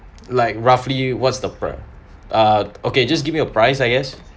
like roughly what's the price uh okay just give me a price I guess